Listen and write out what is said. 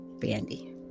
Bandy